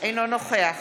אינו נוכח